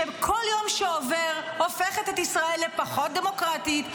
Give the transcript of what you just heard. שבכל יום שעובר הופכת את ישראל לפחות דמוקרטית,